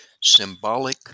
symbolic